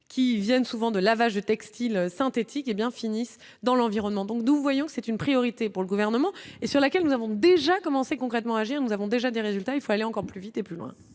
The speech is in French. qui viennent souvent de lavage de textiles synthétiques hé bien finissent dans l'environnement donc nous voyons, c'est une priorité pour le gouvernement et sur laquelle nous avons déjà commencé concrètement agir, nous avons déjà des résultats, il faut aller encore plus vite et plus loin.